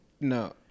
No